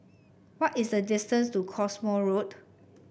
what is the distance to Cottesmore Road